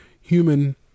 human